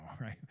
right